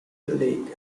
league